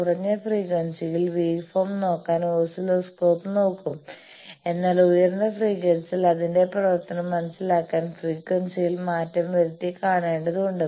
കുറഞ്ഞ ഫ്രീക്വൻസിയിൽ വേവ്ഫോം നോക്കാൻ ഓസിലോസ്കോപ്പ് നോക്കും എന്നാൽ ഉയർന്ന ഫ്രീക്വൻസിയിൽ അതിന്റെ പ്രവർത്തനം മനസിലാക്കാൻ ഫ്രീക്വൻസിയിൽ മാറ്റം വരുത്തി കാണേണ്ടതുണ്ട്